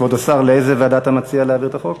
כבוד השר, לאיזו ועדה אתה מציע להעביר את החוק?